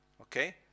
okay